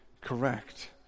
correct